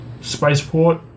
spaceport